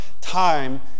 time